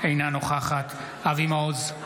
אינה נוכחת אבי מעוז,